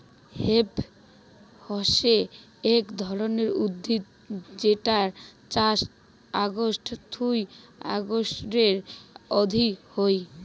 hemp হসে এক ধরণের উদ্ভিদ যেটার চাষ অগাস্ট থুই অক্টোবরের অব্দি হই